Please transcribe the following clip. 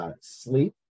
Sleep